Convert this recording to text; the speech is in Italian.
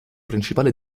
principale